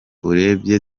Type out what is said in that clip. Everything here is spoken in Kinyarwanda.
urebye